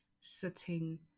sitting